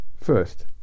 First